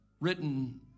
written